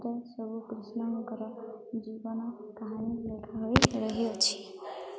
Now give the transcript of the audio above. ରେ ସବୁ କୃଷ୍ଣଙ୍କର ଜୀବନ କାହାଣୀ ଲେଖା ହୋଇ ରହିଅଛି